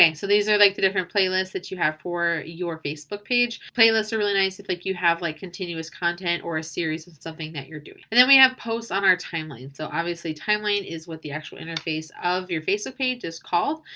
and so these are like the different playlists that you have for your facebook page. playlists are really nice if like you have like continuous content or a series of something that you're doing. and then we have posts on our timeline. so obviously timeline is what the actual interface of your facebook page is called.